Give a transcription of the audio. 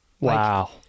Wow